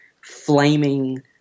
flaming